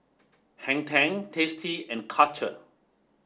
Hang Ten Tasty and Karcher